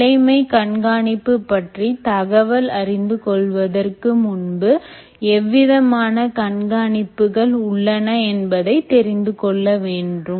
நிலைமை கண்காணிப்பு பற்றி தகவல்களை அறிந்து கொள்வதற்கு முன்பு என்னவிதமான கண்காணிப்புகள் உள்ளன என்பதை தெரிந்து கொள்ள வேண்டும்